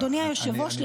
אדוני היושב-ראש,